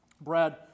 Brad